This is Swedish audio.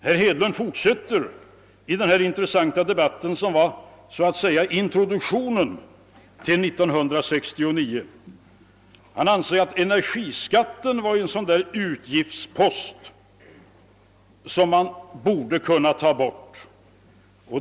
Herr Hedlund ansåg i den intressanta debatt som så att säga var introduktionen till år 1969 att energiskatten var en sådan post som man borde kunna ta bort.